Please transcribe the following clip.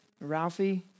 Ralphie